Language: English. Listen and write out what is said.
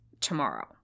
tomorrow